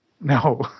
No